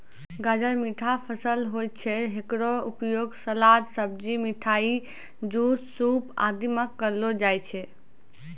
गाजर मीठा फसल होय छै, हेकरो उपयोग सलाद, सब्जी, मिठाई, जूस, सूप आदि मॅ करलो जाय छै